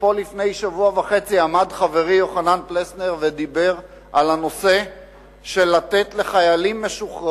לפני שבוע וחצי עמד פה חברי יוחנן פלסנר ודיבר על הנושא של שנת לימודים